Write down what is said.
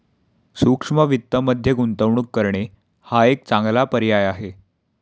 सूक्ष्म वित्तमध्ये गुंतवणूक करणे हा एक चांगला पर्याय आहे